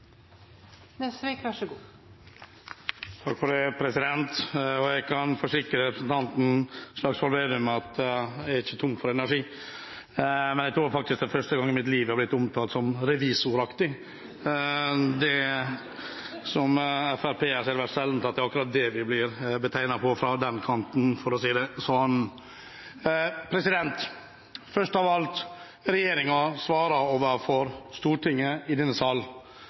for energi, men jeg tror faktisk det er første gang i mitt liv jeg har blitt omtalt som revisoraktig. . Som fremskrittspartipolitikere er det vel sjelden at det er akkurat det vi blir betegnet som fra den kanten, for å si det sånn. Først av alt: Regjeringen svarer overfor Stortinget i denne sal,